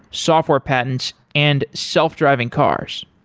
software patents and self-driving cars.